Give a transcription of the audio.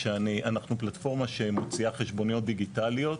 כשאנחנו פלטפורמה שמוציאה חשבוניות דיגיטליות,